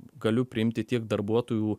galiu priimti tiek darbuotojų